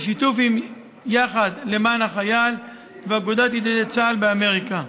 בשיתוף יחד למען החייל ואגודת ידידי צה"ל באמריקה.